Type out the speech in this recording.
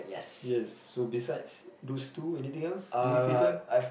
yes so besides those two anything else during free time